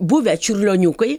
buvę čiurlioniukai